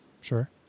Sure